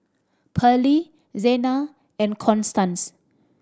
Pearlie Zena and Constance